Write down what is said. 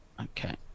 Okay